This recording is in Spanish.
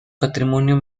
patrimonio